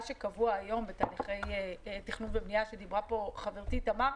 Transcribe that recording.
מה שקבוע היום בתהליכי תכנון ובנייה שדיברה עליהם חברתי תמר,